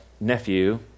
nephew